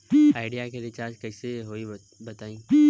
Idea के recharge कइसे होई बताईं?